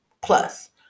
plus